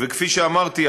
כפי שאמרתי,